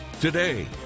Today